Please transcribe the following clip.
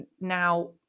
now